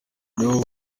nibo